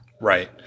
Right